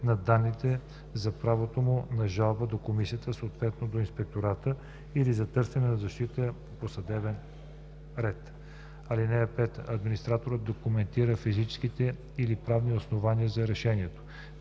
на данните за правото му на жалба до комисията, съответно до инспектората, или за търсене на защита по съдебен ред. (5) Администраторът документира фактическите или правните основания за решението.